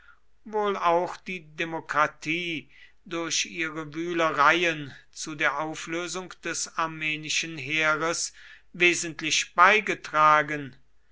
wohl auch die demokratie durch ihre wühlereien zu der auflösung des armenischen heeres wesentlich beigetragen